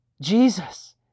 Jesus